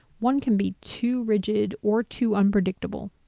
one can be too rigid or too unpredictable.